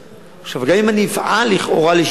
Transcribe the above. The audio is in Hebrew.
אז אני לא יכול לפעול בניגוד לבית-משפט.